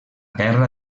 guerra